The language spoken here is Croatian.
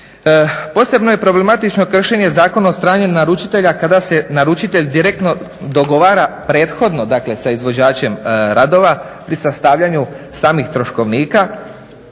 Posebno je problematično kršenje Zakona od strane naručitelja kada se naručitelj direktno dogovara prethodno, dakle sa izvođačem radova i sastavljaju samih troškovnika,